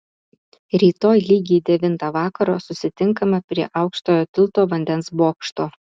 rytoj lygiai devintą vakaro susitinkame prie aukštojo tilto vandens bokšto